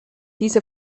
diese